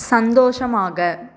சந்தோஷமாக